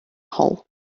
hall